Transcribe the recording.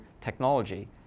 technology